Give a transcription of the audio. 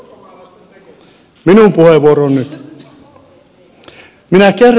minä kerron miten se tehtiin